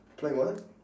playing what